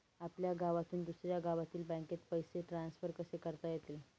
आपल्या गावातून दुसऱ्या गावातील बँकेत पैसे ट्रान्सफर कसे करता येतील?